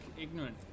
ignorant